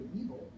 evil